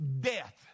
death